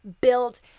built